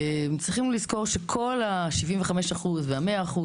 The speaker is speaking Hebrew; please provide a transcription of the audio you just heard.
צריכים לזכור שכל ה-75% וה-100%,